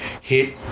hit